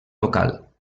local